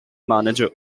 manager